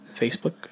Facebook